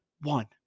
one